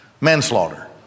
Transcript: Manslaughter